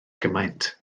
gymaint